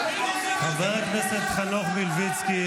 חבר הכנסת חנוך מלביצקי,